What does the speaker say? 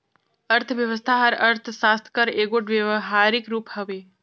अर्थबेवस्था हर अर्थसास्त्र कर एगोट बेवहारिक रूप हवे